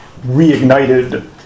reignited